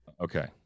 Okay